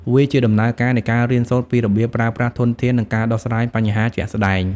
វាជាដំណើរការនៃការរៀនសូត្រពីរបៀបប្រើប្រាស់ធនធាន និងការដោះស្រាយបញ្ហាជាក់ស្តែង។